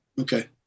Okay